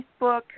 Facebook